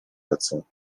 lecą